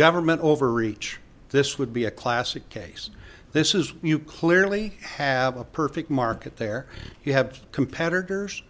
government overreach this would be a classic case this is you clearly have a perfect market there you have competitors